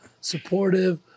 supportive